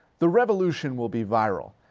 the revolution will be viral.